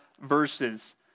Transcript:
verses